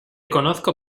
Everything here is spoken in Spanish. conozco